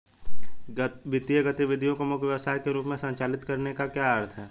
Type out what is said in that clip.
वित्तीय गतिविधि को मुख्य व्यवसाय के रूप में संचालित करने का क्या अर्थ है?